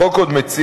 החוק עוד מציע,